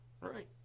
Right